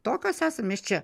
tokios esam mes čia